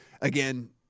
again